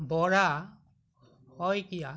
Bora Saikia